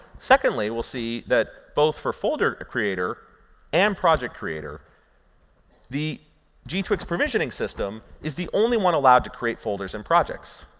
secondly, we'll see that both for folder creator and project creator the g-twix provisioning system is the only one allowed to create folders and projects.